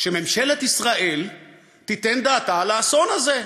שממשלת ישראל תיתן דעתה לאסון הזה,